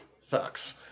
sucks